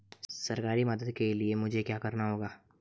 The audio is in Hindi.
सरकारी मदद के लिए मुझे क्या करना होगा?